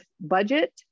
budget